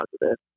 positive